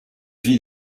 vie